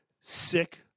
sick